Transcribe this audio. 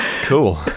cool